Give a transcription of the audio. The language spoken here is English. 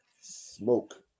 Smoke